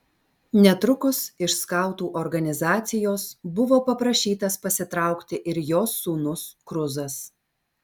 netrukus iš skautų organizacijos buvo paprašytas pasitraukti ir jos sūnus kruzas